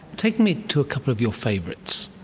take me to a couple of your favourites.